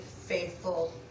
faithful